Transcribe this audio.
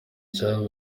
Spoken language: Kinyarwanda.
cyabo